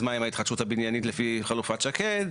אז מה עם ההתחדשות הבניינית לפי חלופת שקד,